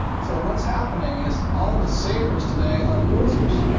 so what's happening is all the savers, today, are losers.